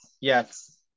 yes